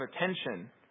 attention